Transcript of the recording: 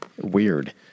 Weird